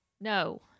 No